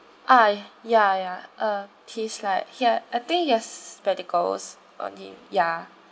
ah ya ya uh he's like he ha~ I think he has spectacles on him ya